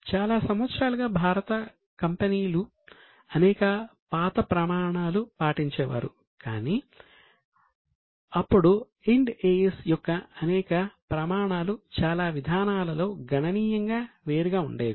చాలా సంవత్సరాలు గా భారత కంపెనీలు అనేక పాత ప్రమాణాలు పాటించేవారు కానీ అప్పుడు Ind AS యొక్క అనేక ప్రమాణాలు చాలా విధానాలలో గణనీయంగా వేరుగా ఉండేవి